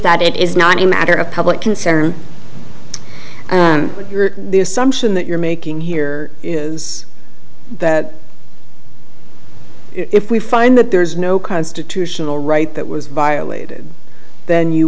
that it is not a matter of public concern the assumption that you're making here is that if we find that there is no constitutional right that was violated then you